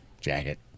jacket